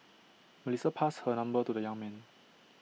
Melissa passed her number to the young man